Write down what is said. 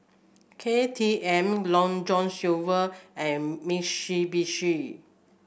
K T M Long John Silver and Mitsubishi